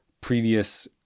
previous